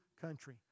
country